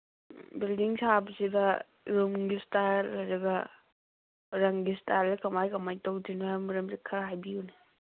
building ꯁꯥꯕꯁꯤꯗ ꯔꯨꯝꯒꯤ style ꯑꯗꯨꯒ ꯔꯪꯒꯤ ꯏꯁꯇꯥꯏꯜꯁꯦ ꯀꯃꯥꯏꯅ ꯀꯃꯥꯏꯅ ꯇꯧꯗꯣꯏꯅꯣ ꯍꯥꯏꯕꯒꯤ ꯃꯔꯝꯁꯦ ꯈꯔ ꯍꯥꯏꯕꯤꯌꯨꯅꯦ